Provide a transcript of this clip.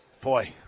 Boy